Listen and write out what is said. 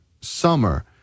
summer